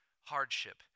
hardship